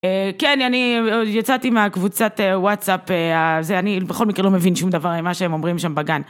כן אני יצאתי מהקבוצת וואטסאפ זה אני בכל מקרה לא מבין שום דבר מה שהם אומרים שם בגן